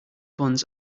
buns